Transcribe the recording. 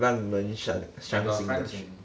让人伤心的